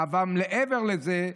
"אבל מעבר לזה,